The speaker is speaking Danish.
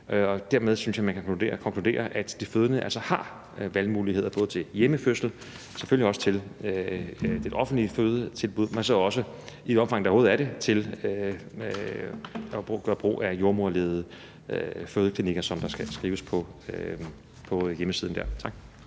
Dermed synes jeg, man kan konkludere, at de fødende altså har valgmuligheder, både i forhold til hjemmefødsel og selvfølgelig også i forhold til det offentlige fødetilbud, men så også, i det omfang der overhovedet er det, i forhold til at gøre brug af jordemoderledede fødeklinikker, som der skrives på hjemmesiden der. Tak.